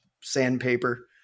sandpaper